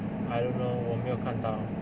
I don't know 我没有看到